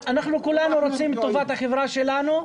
אנחנו כולנו רוצים את טובת החברה שלנו.